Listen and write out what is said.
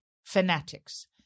Fanatics